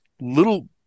little